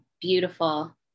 beautiful